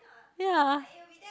ya